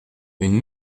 une